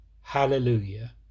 hallelujah